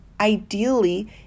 ideally